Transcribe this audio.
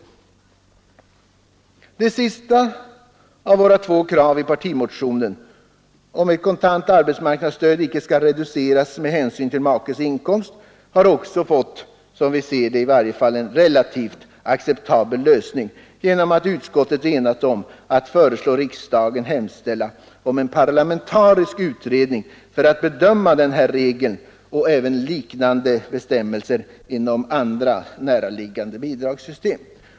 Vårt sista krav i partimotionen, att kontant arbetsmarknadsstöd inte skall reduceras med hänsyn till makes inkomst, har också som vi ser det fått en relativt acceptabel lösning genom att utskottet har enats om att föreslå riksdagen att hemställa om en parlamentarisk utredning för att bedöma den regeln och liknande bestämmelser inom andra näraliggande bidragssystem.